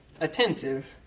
attentive